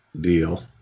deal